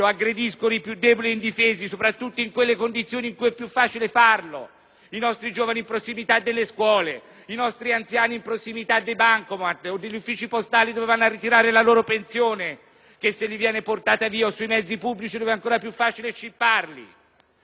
i nostri giovani in prossimità delle scuole, i nostri anziani in prossimità dei bancomat o degli uffici postali dove vanno a ritirare la loro pensione che gli viene portata via o sui mezzi pubblici dove è ancora più facile scipparli. Questo significa parlare in termini concreti di sicurezza,